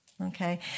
Okay